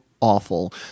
awful